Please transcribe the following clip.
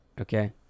Okay